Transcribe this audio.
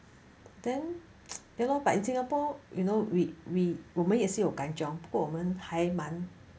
then ya lor but in singapore you know we we 我们也是有 kanchiong 我们还蛮